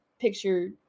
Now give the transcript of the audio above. picture